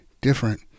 different